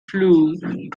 flue